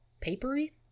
papery